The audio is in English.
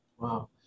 Wow